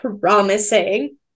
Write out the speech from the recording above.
promising